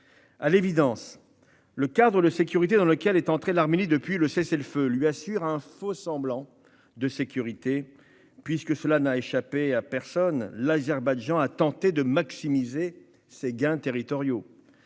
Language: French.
À l'évidence, le cadre de sécurité dans lequel est entrée l'Arménie depuis le cessez-le-feu lui assure un faux-semblant de sécurité : il n'a échappé à personne que l'Azerbaïdjan a tenté de maximiser ses gains territoriaux.